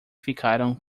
ficaram